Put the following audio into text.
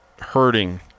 hurting